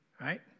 Right